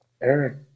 eric